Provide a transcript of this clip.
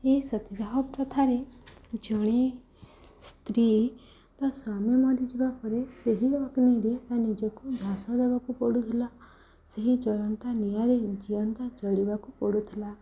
ଏହି ସତୀଦାହ ପ୍ରଥାରେ ଜଣେ ସ୍ତ୍ରୀ ତା' ସ୍ୱାମୀ ମରିଯିବା ପରେ ସେହି ଅଗ୍ନିରେ ତା' ନିଜକୁ ଝାସ ଦେବାକୁ ପଡ଼ୁଥିଲା ସେହି ଚଳନ୍ତା ନିଆଁରେ ଜିଅନ୍ତା ଚଳିବାକୁ ପଡ଼ୁଥିଲା